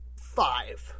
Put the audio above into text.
five